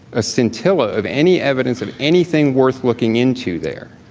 a scintilla of any evidence of anything worth looking into there.